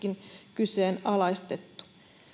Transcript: kyseenalaistettu